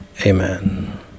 Amen